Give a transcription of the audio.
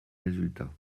résultats